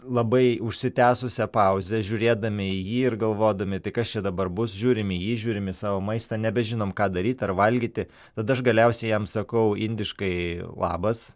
labai užsitęsusią pauzę žiūrėdami į jį ir galvodami tai kas čia dabar bus žiūrim į jį žiūrim į savo maistą nebežinom ką daryt ar valgyti tad aš galiausiai jam sakau indiškai labas